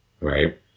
right